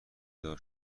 دار